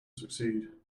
succeed